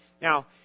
Now